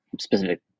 specific